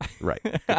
Right